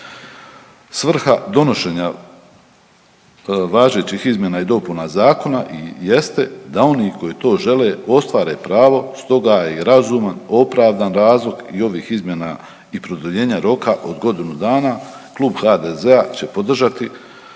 Svrha donošenja važećih izmjena i dopuna zakona jeste da oni koji to žele ostvare pravo, stoga je i razuman opravdan razlog i ovih izmjena i produljenja roka od godinu dana, Klub HDZ-će podržati